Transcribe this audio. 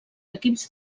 equips